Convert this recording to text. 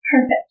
Perfect